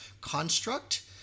construct